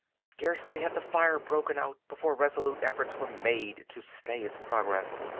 scarcely had the fire broken out before resolute efforts were made to stay its progress.